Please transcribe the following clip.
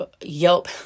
Yelp